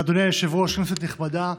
אדוני היושב-ראש, כנסת נכבדה,